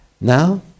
Now